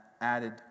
added